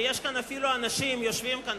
ויש כאן אפילו אנשים שיושבים כאן,